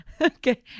Okay